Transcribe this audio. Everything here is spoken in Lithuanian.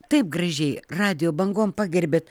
taip gražiai radijo bangom pagerbėt